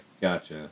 gotcha